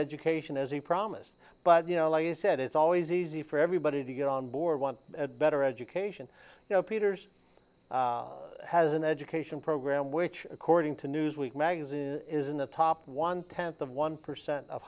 education as he promised but you know like you said it's always easy for everybody to get on board one better education peters has an education program which according to newsweek magazine is in the top one tenth of one percent of